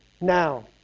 now